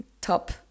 top